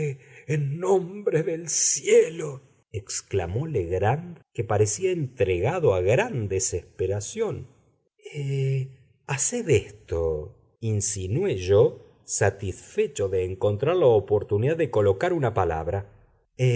en nombre del cielo exclamó legrand que parecía entregado a gran desesperación haced esto insinué yo satisfecho de encontrar la oportunidad de colocar una palabra